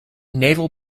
naval